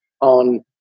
on